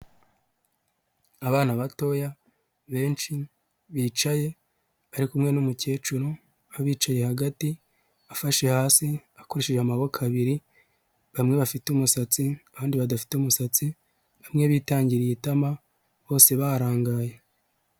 Abana batoya benshi bicaye ari kumwe numukecuru abicaye hagati afashe hasi akoresheye amaboko abiri, bamwe bafite umusatsi kandi badafite umusatsi bamwe bitangiriye itama bose barangaye.